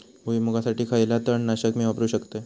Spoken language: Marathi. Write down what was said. भुईमुगासाठी खयला तण नाशक मी वापरू शकतय?